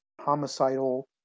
homicidal